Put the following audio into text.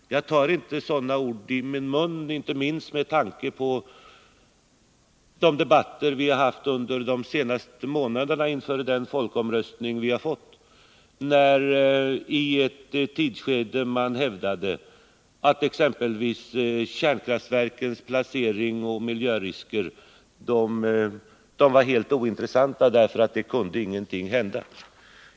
Jag tar inte sådana ord i min mun, särskilt inte med tanke på de debatter vi har haft under de senaste månaderna inför folkomröstningen. I ett tidsskede hävdade man ju exempelvis att kärnkraftverkens placering och miljöriskerna var helt ointressanta därför att ingenting kunde hända.